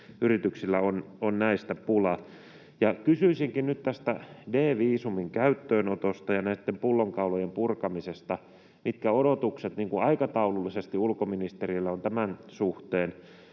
yrityksillä on näistä pula. Kysyisinkin nyt tästä D-viisumin käyttöönotosta ja näitten pullonkaulojen purkamisesta: mitkä odotukset aikataulullisesti ulkoministerillä on tämän suhteen?